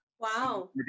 wow